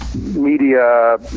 media